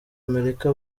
amerika